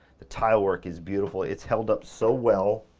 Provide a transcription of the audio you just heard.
the tile work is beautiful. it's held up so well.